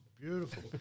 beautiful